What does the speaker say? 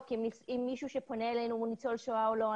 אם מישהו שפונה אלינו הוא ניצול שואה או לא.